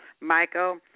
Michael